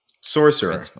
Sorcerer